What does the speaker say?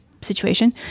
situation